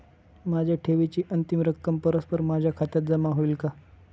माझ्या ठेवीची अंतिम रक्कम परस्पर माझ्या खात्यात जमा होईल का?